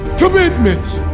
commitment